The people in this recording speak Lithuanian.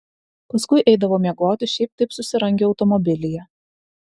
paskui eidavo miegoti šiaip taip susirangę automobilyje